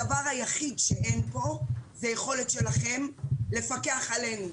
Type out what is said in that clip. הדבר היחיד שאין פה זה היכולת שלכם לפקח עלינו.